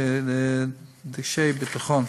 בדגש על ביטחון,